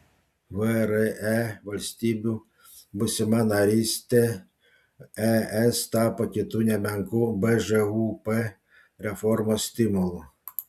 vre valstybių būsima narystė es tapo kitu nemenku bžūp reformos stimulu